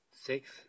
Six